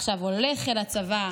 עכשיו הולך אל הצבא.